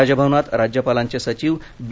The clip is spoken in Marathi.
राजभवनात राज्यपालांचे सचिव बी